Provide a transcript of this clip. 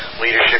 leadership